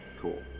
cool